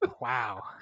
Wow